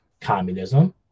communism